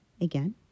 again